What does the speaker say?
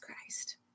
Christ